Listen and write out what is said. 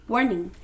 Warning